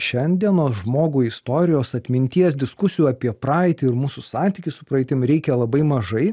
šiandienos žmogui istorijos atminties diskusijų apie praeitį ir mūsų santykį su praeitim reikia labai mažai